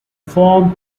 form